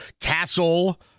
Castle